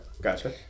Gotcha